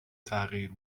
تغییر